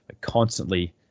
constantly